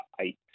eight